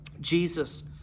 Jesus